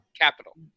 capital